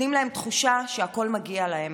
נותנים להם תחושה שהכול מגיע להם.